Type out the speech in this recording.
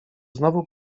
znowu